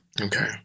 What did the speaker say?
Okay